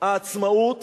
העצמאות